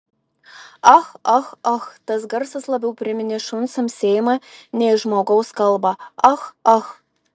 ah ah ah tas garsas labiau priminė šuns amsėjimą nei žmogaus kalbą ah ah